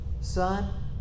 Son